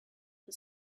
who